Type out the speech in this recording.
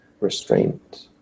restraint